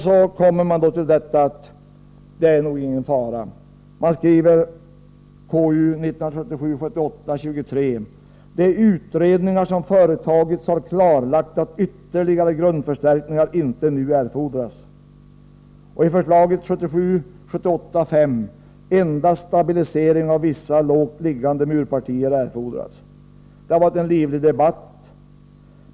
I KU:s betänkande 1977/78:23 skriver man: ”De utredningar som företagits har klarlagt att ytterligare grundförstärkningar inte nu erfordras.” Debatten har varit livlig.